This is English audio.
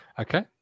Okay